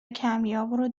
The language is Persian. کمیاب